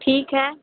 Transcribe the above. ठीक है